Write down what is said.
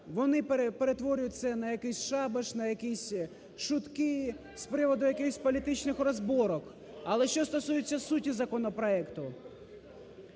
вони перетворюють це на якийсь шабаш, на якісь шутки з приводу якихось політичних розборок. Але, що стосується суті законопроекту.